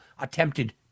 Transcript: attempted